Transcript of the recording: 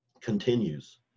continues